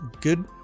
good